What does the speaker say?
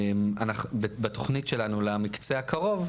בתכנית שלנו למקצה הקרוב,